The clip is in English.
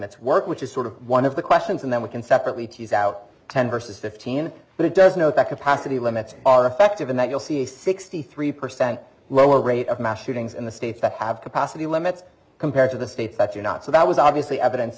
ts work which is sort of one of the questions and then we can separately tease out ten versus fifteen but it does note that capacity limits are effective in that you'll see a sixty three percent lower rate of mass shootings in the states that have capacity limits compared to the states that you're not so that was obviously evidence